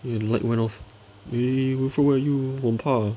eh light went off eh wilfred where are you 我很怕